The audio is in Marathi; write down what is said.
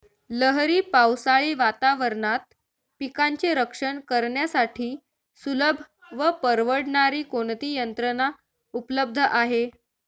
लहरी पावसाळी वातावरणात पिकांचे रक्षण करण्यासाठी सुलभ व परवडणारी कोणती यंत्रणा उपलब्ध आहे?